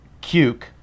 Cuke